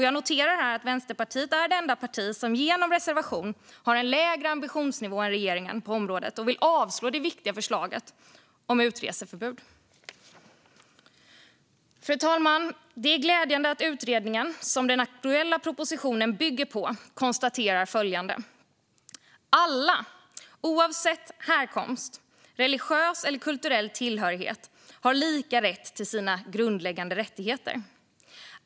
Jag noterar att Vänsterpartiet är det enda parti som genom en reservation har en lägre ambitionsnivå på området än regeringen och vill avslå det viktiga förslaget om utreseförbud. Fru talman! Det är glädjande att den utredning som den aktuella propositionen bygger på konstaterar följande: "Alla personer i Sverige har lika rätt till sina grundläggande rättigheter, oavsett t.ex. härkomst, religiös eller kulturell tillhörighet.